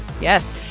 yes